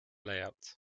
layout